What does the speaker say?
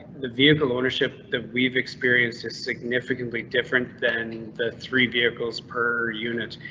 the vehicle ownership that we've experienced is significantly different than the three vehicles per unit.